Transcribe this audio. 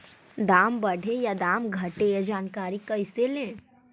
दाम बढ़े या दाम घटे ए जानकारी कैसे ले?